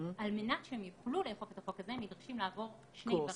על מנת שהם יוכלו לאכוף את החוק הזה הם נדרשים לעבור שני דברים,